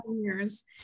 years